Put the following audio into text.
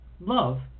love